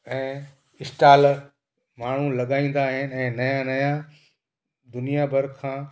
ऐं स्टाल माण्हू लॻाईंदा आहिनि ऐं नयां नयां दुनिया भर खां